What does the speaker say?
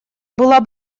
была